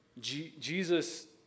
Jesus